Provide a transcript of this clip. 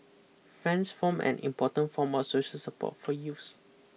friends form an important form of social support for youths